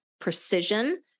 precision